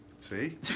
See